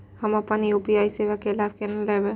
हम अपन यू.पी.आई सेवा के लाभ केना लैब?